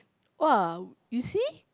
!wah! you see